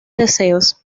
deseos